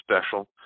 special